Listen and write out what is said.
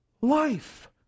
life